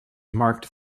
marked